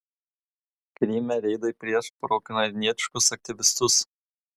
kryme reidai prieš proukrainietiškus aktyvistus